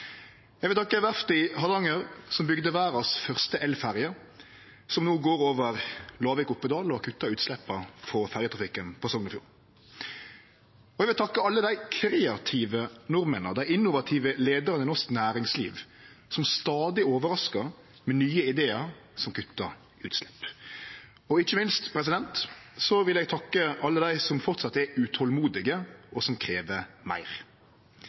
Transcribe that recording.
Eg vil takke verftet i Hardanger som bygde verdas første elferje, som no går strekninga Lavik–Oppedal og kuttar utsleppa frå ferjetrafikken på Sognefjorden. Eg vil takke alle dei kreative nordmennene og dei innovative leiarane i norsk næringsliv som stadig overraskar med nye idear som kuttar utslepp. Ikkje minst vil eg takke alle dei som framleis er utålmodige, og som krev meir.